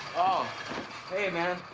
oh hey, man.